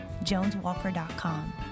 JonesWalker.com